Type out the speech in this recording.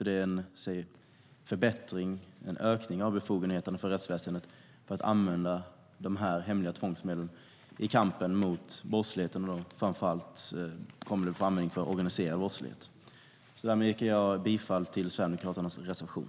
Det vore en ökning av befogenheterna för rättsväsendet att kunna använda dessa hemliga tvångsmedel i kampen mot framför allt den organiserade brottsligheten. Jag yrkar bifall till Sverigedemokraternas reservation.